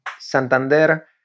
Santander